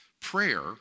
Prayer